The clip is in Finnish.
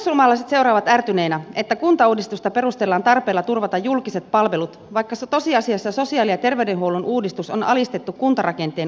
perussuomalaiset seuraavat ärtyneinä että kuntauudistusta perustellaan tarpeella turvata julkiset palvelut vaikka tosiasiassa sosiaali ja terveydenhuollon uudistus on alistettu kuntarakenteen uudistamiselle